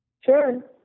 Sure